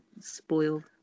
spoiled